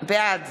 בעד